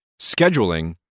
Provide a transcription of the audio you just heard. scheduling